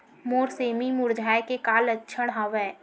मोर सेमी मुरझाये के का लक्षण हवय?